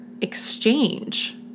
exchange